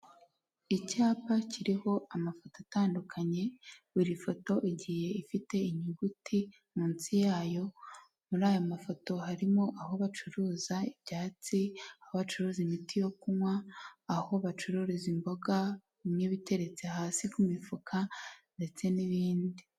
Icyapa kiriho amafoto atandukanye buri foto igiye ifite inyuguti munsi yayo, muri aya mafoto harimo aho bacuruza ibyatsi abacuruza imiti yo kunywa aho bacururiza imboga bimwe biteretse hasi ku mifuka ndetse n'ibindi.